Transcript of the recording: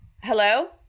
Hello